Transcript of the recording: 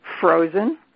frozen